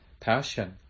passion